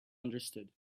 understood